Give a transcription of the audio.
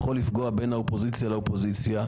יכול לפגוע בין האופוזיציה לאופוזיציה,